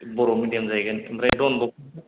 बर' medium जाहैगोन आमफ्राय दन बस्क